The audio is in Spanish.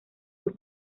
sus